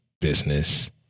business